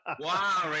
Wow